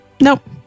Nope